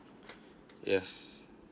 yes